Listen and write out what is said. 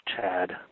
Chad